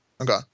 okay